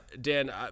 Dan